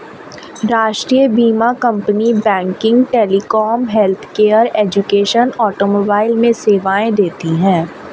राष्ट्रीय बीमा company banking, telecom, healthcare, education, automobile में सेवाएं देती है